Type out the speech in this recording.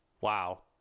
wow